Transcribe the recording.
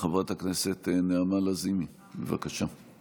חברת הכנסת נעמה לזימי, בבקשה.